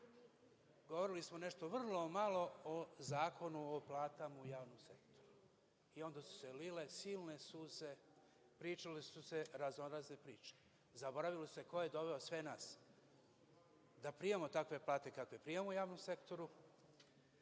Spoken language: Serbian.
govorili smo nešto vrlo malo o Zakonu o platama u javnom sektoru. I onda su se lile silne suze, pričale su se raznorazne priče. Zaboravili ste ko je doveo sve nas da primamo takve plate kakve primamo u javnom sektoru,